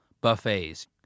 buffets